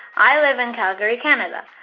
i live in calgary, canada.